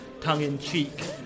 tongue-in-cheek